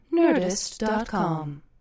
Nerdist.com